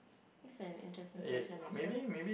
that's an interesting question actually